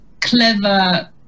clever